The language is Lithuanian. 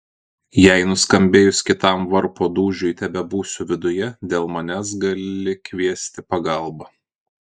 jei nuskambėjus kitam varpo dūžiui tebebūsiu viduje dėl manęs gali kviesti pagalbą